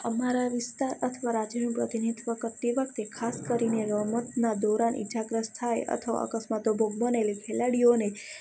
અમારા વિસ્તાર અથવા રાજ્યનું પ્રતિનિધિત્વ કરતી વખતે ખાસ કરીને રમતના દોરોના ઇજાગ્રસ્ત થાય અથવા અકસ્માતનો ભોગ બને ખેલાડીઓને